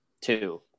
two